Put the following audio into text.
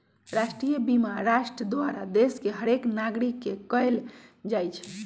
राष्ट्रीय बीमा राष्ट्र द्वारा देश के हरेक नागरिक के कएल जाइ छइ